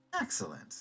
excellent